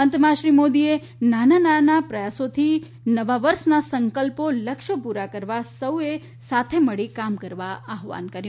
અંતમાં શ્રી મોદીએ નાના નાના પ્રયાસોથી નવા વર્ષના સંકલ્પો લક્યોના પૂરા કરવા સૌને સાથે મળી કામ કરવા આહવાન કર્યું